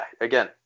again